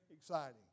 exciting